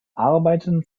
arbeiten